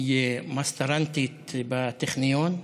היא מאסטרנטית בטכניון,